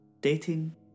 Dating